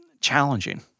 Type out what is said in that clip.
challenging